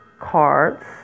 cards